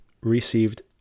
received